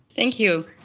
thank you.